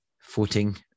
footing